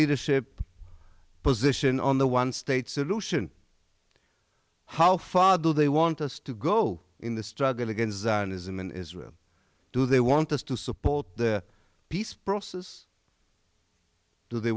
leadership position on the one state solution how far do they want us to go in the struggle against zionism and israel do they want us to support the peace process do they